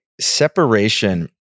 separation